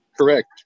Correct